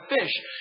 fish